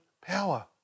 power